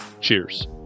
Cheers